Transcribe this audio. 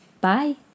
Bye